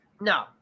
no